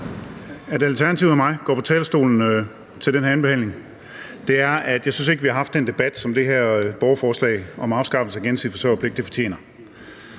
at Alternativet og jeg går på talerstolen til den her andenbehandling, er, at jeg ikke synes, vi har haft den debat, som det her borgerforslag om afskaffelse af gensidig forsørgerpligt fortjener.